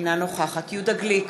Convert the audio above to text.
אינה נוכחת יהודה גליק,